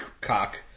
Cock